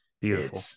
Beautiful